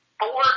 four